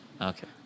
Okay